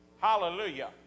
Hallelujah